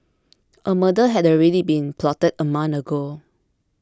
a murder had already been plotted a month ago